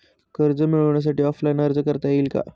कर्ज मिळण्यासाठी ऑफलाईन अर्ज करता येईल का?